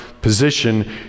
position